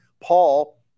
Paul